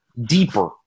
deeper